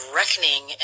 reckoning